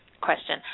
question